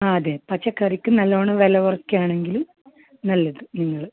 ആ അതെ പച്ചക്കറിക്ക് നല്ലവണ്ണം വില കുറയ്ക്കുകയാണെങ്കിലും നല്ലത് നിങ്ങൾ